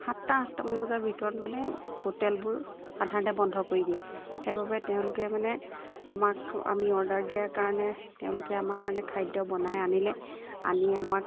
সাতটা আঠটামান বজাৰ ভিতৰত মানে হোটেলবোৰ সাধাৰণতে বন্ধ কৰি দিয়ে সেইবাবে তেওঁলোকে মানে আমাক আমি অৰ্ডাৰ দিয়াৰ কাৰণে তেওঁলোকে আমাৰ কাৰণে খাদ্য বনাই আনিলে আনি আমাক